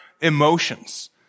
emotions